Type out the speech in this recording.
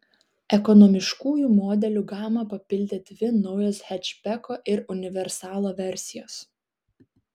ekonomiškųjų modelių gamą papildė dvi naujos hečbeko ir universalo versijos